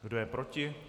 Kdo je proti?